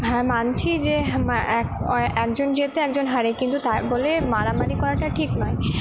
হ্যাঁ মানছি যে এক একজন জেতে একজন হারে কিন্তু তাই বলে মারামারি করাটা ঠিক নয়